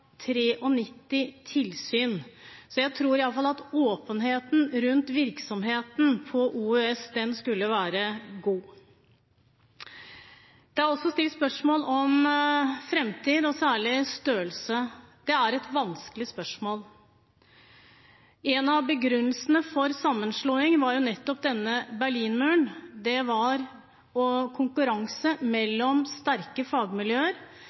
tilsyn, så jeg tror iallfall at åpenheten rundt virksomheten på OUS skulle være god. Det har også vært stilt spørsmål om framtid og særlig om størrelse. Det er vanskelige spørsmål. En av begrunnelsene for sammenslåing var jo nettopp denne «Berlinmuren». Det var konkurranse mellom sterke fagmiljøer.